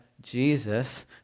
Jesus